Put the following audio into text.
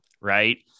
Right